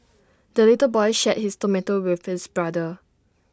the little boy shared his tomato with his brother